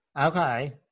Okay